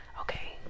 okay